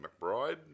McBride